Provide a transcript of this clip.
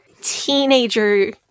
teenager